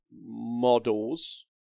models